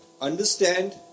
understand